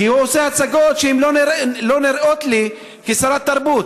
כי הוא עושה הצגות שלא נראות לי, כשרת תרבות.